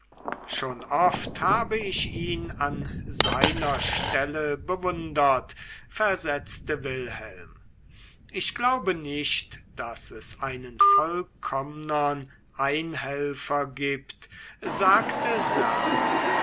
schon oft habe ich ihn an seiner stelle bewundert versetzte wilhelm ich glaube nicht daß es einen vollkommenern einhelfer gibt sagte serlo